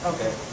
Okay